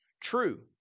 true